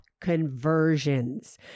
conversions